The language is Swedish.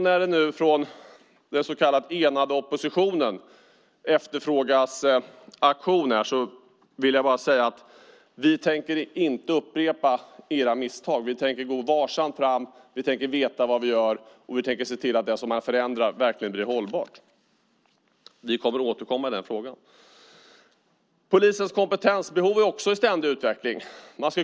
När det nu från den så kallade enade oppositionen efterfrågas aktion vill jag bara säga att vi inte tänker upprepa era misstag, utan vi tänker gå varsamt fram och veta vad vi gör, och vi tänker se till att det som vi förändrar verkligen blir hållbart. Vi kommer att återkomma i den frågan. Polisens kompetensbehov är också i ständig utveckling.